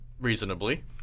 reasonably